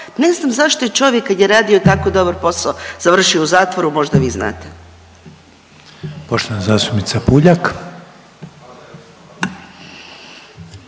Ne znam zašto je čovjek kad je radio tako dobar posao završio u zatvoru možda vi znate? **Reiner, Željko